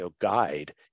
guide